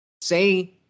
say